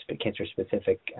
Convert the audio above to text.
cancer-specific